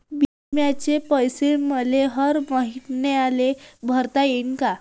बिम्याचे पैसे मले हर मईन्याले भरता येईन का?